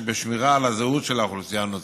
בשמירה על הזהות של האוכלוסייה הנוצרית.